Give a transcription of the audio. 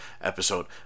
episode